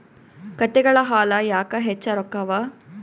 ಕತ್ತೆಗಳ ಹಾಲ ಯಾಕ ಹೆಚ್ಚ ರೊಕ್ಕ ಅವಾ?